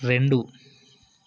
రెండు